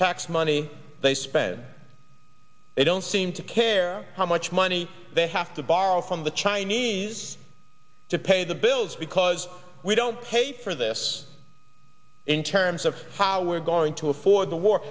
tax money they spend they don't seem to care how much money they have to borrow from the chinese to pay the bills because we don't pay for this in terms of how we're going to afford the war